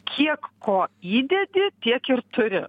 kiek ko įdedi tiek ir turi